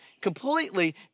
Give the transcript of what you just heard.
completely